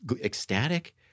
ecstatic